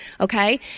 Okay